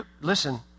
listen